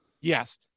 Yes